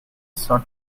short